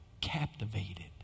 captivated